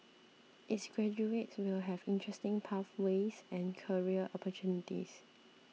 its graduates will have interesting pathways and career opportunities